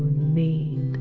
need